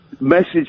message